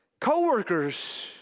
coworkers